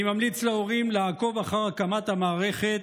אני ממליץ להורים לעקוב אחר הקמת המערכת,